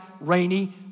rainy